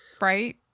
right